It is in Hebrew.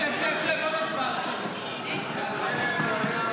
4 נתקבלו.